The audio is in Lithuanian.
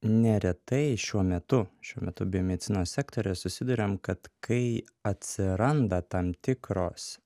neretai šiuo metu šiuo metu biomedicinos sektoriuje susiduriam kad kai atsiranda tam tikros